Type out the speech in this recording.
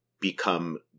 become